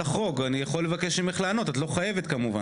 מה אנחנו חושבים כשאנחנו רואים את כל החקירות ממשפטי נתניהו.